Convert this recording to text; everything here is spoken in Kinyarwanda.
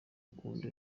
ukunda